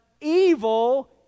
evil